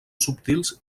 subtils